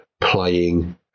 playing